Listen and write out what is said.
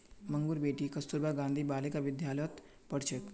मंगूर बेटी कस्तूरबा गांधी बालिका विद्यालयत पढ़ छेक